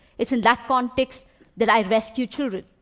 it's in that context that i rescue children.